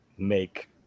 make